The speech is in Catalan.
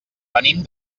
venim